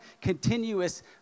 continuous